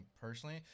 personally